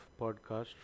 podcast